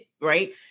right